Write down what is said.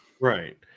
right